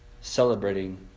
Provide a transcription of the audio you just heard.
celebrating